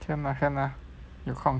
can lah can lah